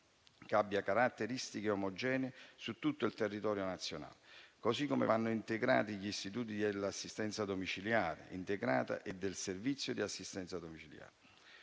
che abbia caratteristiche omogenee su tutto il territorio nazionale. Così come vanno integrati gli istituti dell'assistenza domiciliare integrata e del servizio di assistenza domiciliare.